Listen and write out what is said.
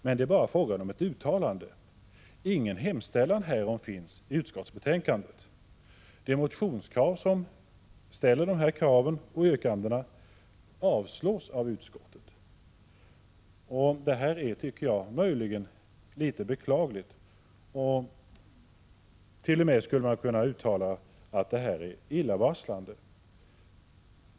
Men det är bara fråga om ett uttalande — ingen hemställan härom finns i utskottsbetänkandet, utan motionskraven avstyrks. Detta är möjligen litet beklagligt och kan t.o.m. vara illavarslande.